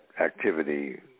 activity